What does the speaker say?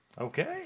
Okay